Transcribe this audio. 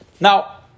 Now